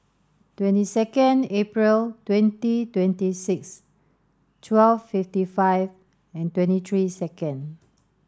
twenty second April twenty twenty six twelve fifty five and twenty three second